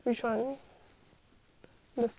the stand only